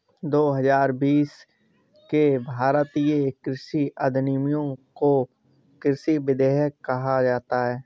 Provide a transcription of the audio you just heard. दो हजार बीस के भारतीय कृषि अधिनियमों को कृषि विधेयक कहा जाता है